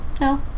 No